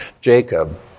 Jacob